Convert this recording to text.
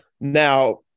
Now